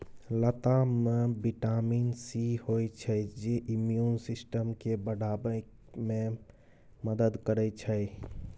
लताम मे vitamin C होइ छै जे इम्युन सिस्टम केँ बढ़ाबै मे मदद करै छै